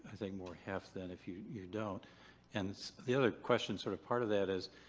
think, more half than if you you don't and the other question, sort of part of that is,